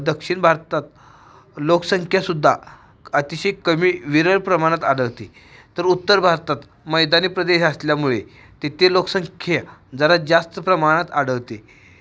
दक्षिण भारतात लोकसंख्यासुद्धा अतिशय कमी विरळ प्रमाणात आढळते तर उत्तर भारतात मैदानी प्रदेश असल्यामुळे तिथे लोकसंख्य जरा जास्त प्रमाणात आढळते